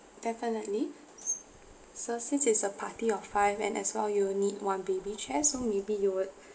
definitely s~ so since it's a party of five and as well you need one baby chair so maybe you would